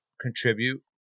contribute